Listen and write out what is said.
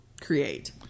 create